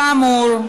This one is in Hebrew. כאמור,